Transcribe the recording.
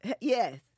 yes